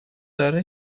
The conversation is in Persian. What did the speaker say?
داره